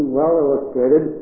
well-illustrated